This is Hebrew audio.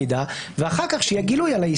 אלא שיהיה גילוי על אמות המידה,